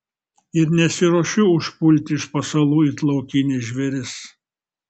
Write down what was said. ir nesiruošiu užpulti iš pasalų it laukinis žvėris